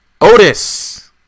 Otis